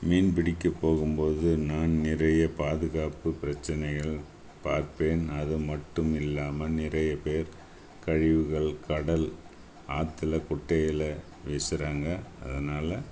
மீன் பிடிக்க போகும் போது நான் நிறைய பாதுகாப்புப் பிரச்சினைகள் பார்ப்பேன் அது மட்டும் இல்லாமல் நிறைய பேர் கழிவுகள் கடல் ஆத்தில் குட்டையில் வீசுகிறாங்க அதனால்